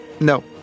No